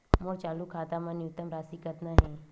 मोर चालू खाता मा न्यूनतम राशि कतना हे?